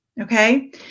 okay